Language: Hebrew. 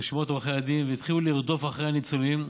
רשימות עורכי הדין, והתחילו לרדוף אחרי הניצולים.